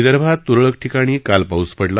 विदर्भात तुरळक ठिकाणी काल पाऊस पडला